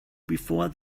before